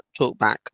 TalkBack